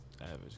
average